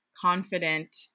confident